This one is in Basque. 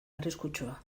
arriskutsua